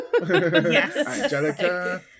Angelica